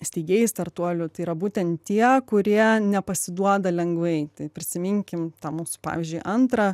steigėjai startuolių tai yra būtent tie kurie nepasiduoda lengvai prisiminkim tą mūsų pavyzdžiui antrą